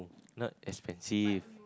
not expensive